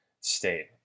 state